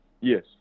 Yes